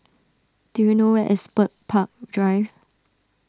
do you know where is Bird Park Drive